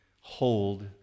Hold